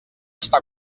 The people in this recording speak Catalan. està